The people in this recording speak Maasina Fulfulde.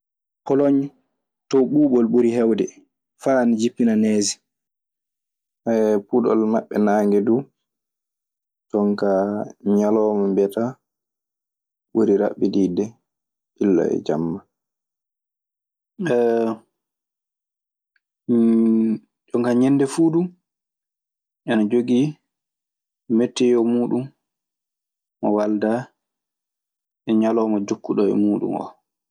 Polonŋe to ɓubol ɓuri hewde fa ana jipina nees. puɗol maɓɓe naange duu, jon kaa, ñalawma mbiyataa ɓuri raɓɓiɗidde illa e jamma. Ɗun kaa ñennde fuu du ana jogii metteyoo muuɗun mo waldaa e ñalawma jokkuɗo e muuɗun oo.